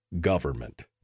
government